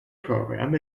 program